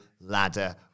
ladder